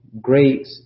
great